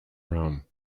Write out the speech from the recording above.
rome